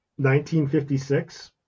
1956